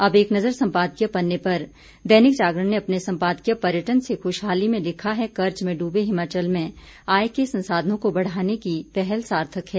अब एक नज़र संपादकीय पन्ने पर दैनिक जागरण ने अपने सम्पादकीय पर्यटन से खुशहाली में लिखा है कर्ज में डूबे हिमाचल में आय के संसाधनों को बढ़ाने की पहल सार्थक है